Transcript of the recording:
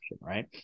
right